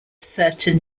certain